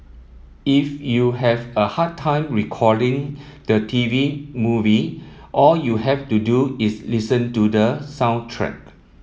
if you have a hard time recalling the TV movie all you have to do is listen to the soundtrack